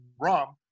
rum